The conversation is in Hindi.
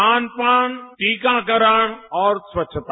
खान पान टीकाकरण और स्वच्छता